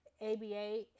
ABA